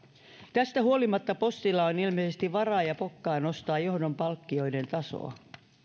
tästä huolimatta postilla on ilmeisesti varaa ja pokkaa nostaa johdon palkkioiden tasoa